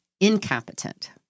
incompetent